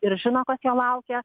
ir žino kas jo laukia